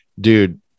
dude